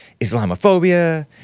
Islamophobia